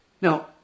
Now